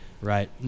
Right